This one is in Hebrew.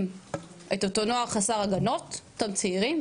את אותו נוער חסר הגנות אותם צעירים,